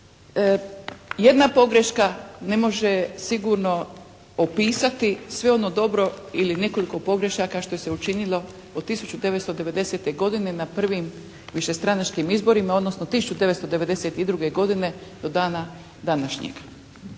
Jedna pogreška ne može sigurno opisati sve ono dobro ili nekoliko pogrešaka što se učinilo od 1990. godine na prvim višestranačkim izborima odnosno 1992. godine do dana današnjeg.